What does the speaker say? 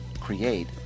create